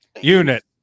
Unit